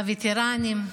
הווטרנים,